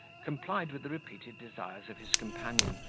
complied with the repeated desires of his companion,